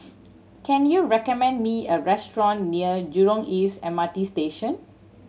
can you recommend me a restaurant near Jurong East M R T Station